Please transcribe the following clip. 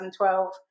2012